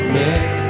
mix